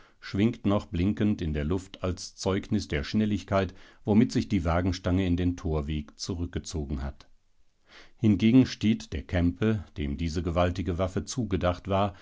schwingt noch blinkend in der luft als zeugnis der schnelligkeit womit sich die wagenstange in den torweg zurückgezogen hat hingegen steht der kämpe dem diese gewaltige waffe zugedacht war